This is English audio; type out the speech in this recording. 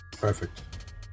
Perfect